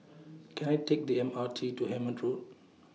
Can I Take The M R T to Hemmant Road